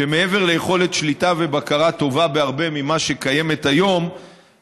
שמעבר ליכולת שליטה ובקרה טובה בהרבה ממה שקיימת היום,